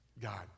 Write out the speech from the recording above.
God